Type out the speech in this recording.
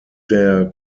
der